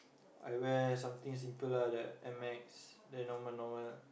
I wear something simple lah the air max then normal normal